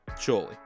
surely